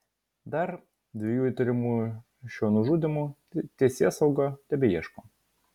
dar dviejų įtariamųjų šiuo nužudymu teisėsauga tebeieško